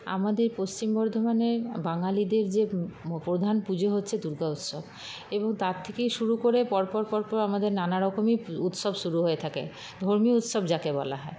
আমাদের পশ্চিম বর্ধমানে বাঙালিদের যে প্রধান পুজো হচ্ছে দুর্গা উৎসব এবং তার থেকেই শুরু করে পর পর পর পর আমাদের নানা রকমই উৎসব শুরু হয়ে থাকে ধর্মীয় উৎসব যাকে বলা হয়